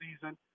season